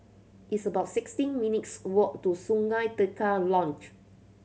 it's about sixteen minutes' walk to Sungei Tengah Lodge